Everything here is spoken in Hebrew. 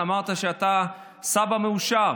אמרת שאתה סבא מאושר.